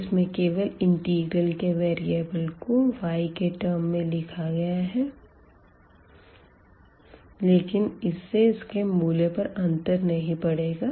इसमें केवल इंटीग्रल के वेरीअबल को y के टर्म में लिखा गया है लेकिन इस से इसके मूल्य पर अंतर नहीं पड़ेगा